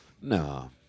No